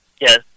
Yes